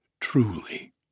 truly